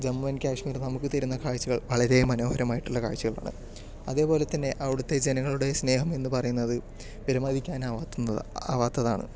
Jammu and Kashmir നമുക്ക് തരുന്ന കാഴ്ചകൾ വളരെ മനോഹരമായിട്ടുള്ള കാഴ്ചകളാണ് അതേപോലെതന്നെ അവിടുത്തെ ജനങ്ങളുടെ സ്നേഹം എന്നു പറയുന്നത് വിലമതിക്കാനാവാത്തതാണ്